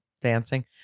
dancing